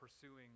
pursuing